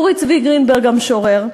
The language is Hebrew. אורי צבי גרינברג, המשורר,